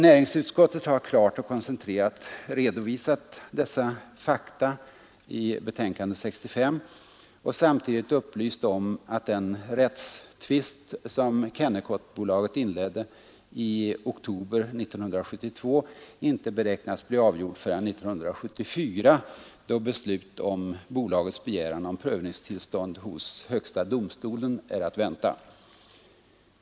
Näringsutskottet har klart och koncentrerat redovisat dessa fakta i betänkande nr 65 och samtidigt upplyst om att den rättstvist som Kennecottbolaget inledde i oktober 1972 inte beräknas bli avgjord förrän 1974, då beslut om bolagets begäran om prövningstillstånd hos högsta domstolen är att vänta.